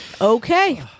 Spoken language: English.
Okay